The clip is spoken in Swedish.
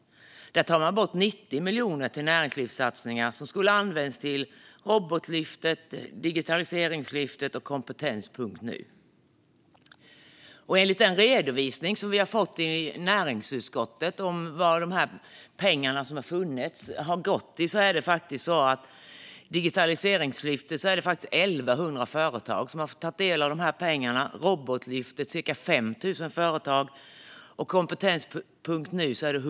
Här tar man bort 90 miljoner till näringslivssatsningar som skulle använts till Robotlyftet, Digitaliseringslyftet och kompetens.nu. Enligt den redovisning vi har fått i näringsutskottet har 11 000 företag tagit del av pengarna i Digitaliseringslyftet, cirka 5 000 företag i Robotlyftet och 125 företag i kompetens.nu.